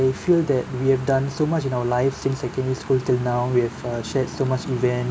I feel that we have done so much in our life since secondary school till now we have uh shared so much events